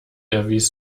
erwies